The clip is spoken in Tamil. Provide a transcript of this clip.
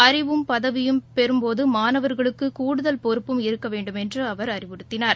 அறிவும் பதவியும் பெறும்போதுமாணவா்களுக்குகூடுதல் பொறுப்பும் இருக்கவேண்டுமென்றுஅவா் அறிவுறுத்தினார்